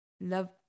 love